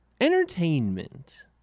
entertainment